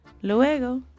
Luego